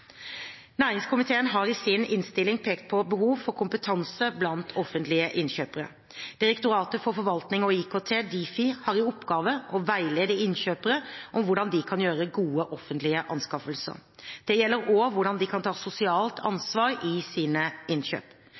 Næringskomiteen har i sin innstilling pekt på behov for kompetanse blant offentlige innkjøpere. Direktoratet for forvaltning og IKT – Difi – har i oppgave å veilede innkjøperne om hvordan de kan gjøre gode offentlige anskaffelser. Det gjelder også hvordan de kan ta sosialt ansvar i sine innkjøp.